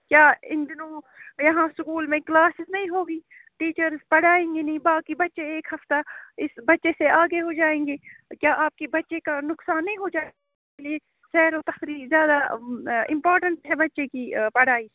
کیا ان دنوں یہاں اسکول میں کالسیز نہیں ہوگی ٹیچرس پڑھائیں گے نہیں باقی بچے ایک ہفتہ اس بچے سے آگے ہو جائیں گے تو کیا آپ کے بچے کا نقصان نہیں ہو جائے گی سیر و تفریح زیادہ امپورٹنٹ ہے بچے کی پڑھائی سے